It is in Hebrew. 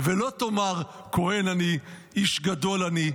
ולא תאמר כהן אני, איש גדול אני,